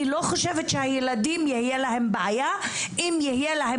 אני לא חושבת שהילדים יהיה להם בעיה אם יהיה להם